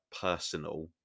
personal